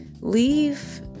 Leave